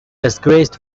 disgraced